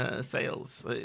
Sales